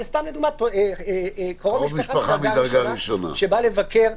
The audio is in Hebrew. אבל סתם לדוגמה קרוב משפחה מדרגה ראשונה שבא לבקר.